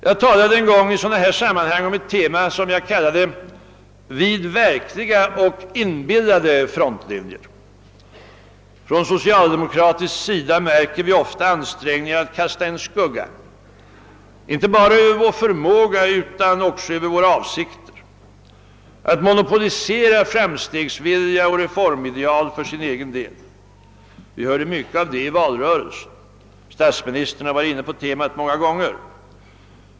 | Jag talade en gång i liknande sammanhang över ett tema som jag kallade » Vid verkliga och inbillade frontlinjer». Från socialdemokratisk sida märks ofta ansträngningar att kasta en skugga inte bara över vår förmåga utan också över våra avsikter och att monopolisera framstegsvilja och reformideal för egen del. Vi hörde mycket av det i valrörel sen, och statsministern har varit inne på temat många gånger.